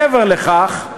מעבר לכך,